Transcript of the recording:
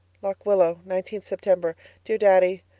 lock willow, nineteenth september dear daddy,